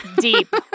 Deep